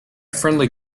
friendly